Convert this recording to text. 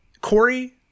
Corey